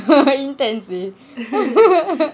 intense seh